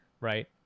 Right